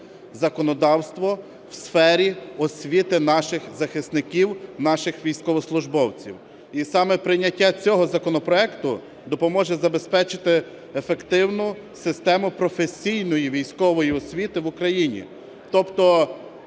законодавство в сфері освіти наших захисників, наших військовослужбовців. І саме прийняття цього законопроекту допоможе забезпечити ефективну систему професійної військової освіти в Україні.